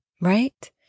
Right